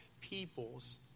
peoples